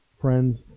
friends